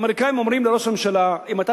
האמריקנים אומרים לראש הממשלה: אם אתה